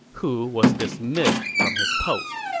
who was dismissed from his post.